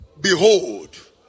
Behold